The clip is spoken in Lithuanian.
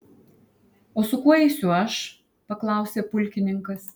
o su kuo eisiu aš paklausė pulkininkas